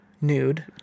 Nude